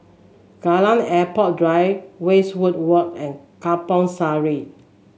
Kallang Airport Drive Westwood Walk and Kampong Sireh